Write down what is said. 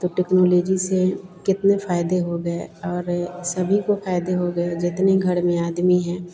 तो टेक्नोलेजी से केतने फ़ायदे हो गए और सभी को फ़ायदे हो गए जितने घर में आदमी हैं